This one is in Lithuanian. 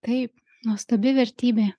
taip nuostabi vertybė